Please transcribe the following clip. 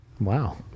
Wow